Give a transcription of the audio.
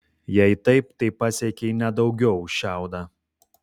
jei taip tai pasiekei ne daugiau už šiaudą